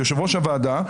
יושב-ראש הוועדה,